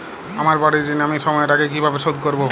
আমার বাড়ীর ঋণ আমি সময়ের আগেই কিভাবে শোধ করবো?